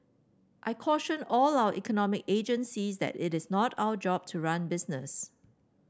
I caution all our economic agencies that it is not our job to run business